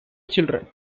children